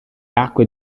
acque